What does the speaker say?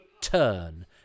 turn